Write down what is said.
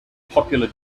popular